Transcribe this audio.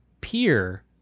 peer